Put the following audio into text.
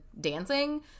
dancing